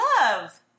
love